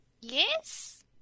Yes